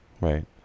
Right